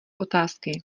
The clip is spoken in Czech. otázky